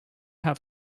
have